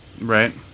Right